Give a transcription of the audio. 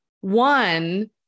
One